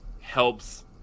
helps